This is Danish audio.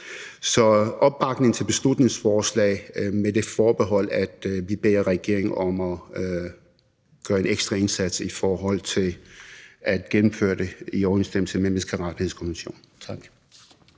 Så opbakning til beslutningsforslaget med det forbehold, at vi beder regeringen om at gøre en ekstra indsats i forhold til at gennemføre det i overensstemmelse med menneskerettighedskonventionen.